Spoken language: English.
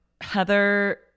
Heather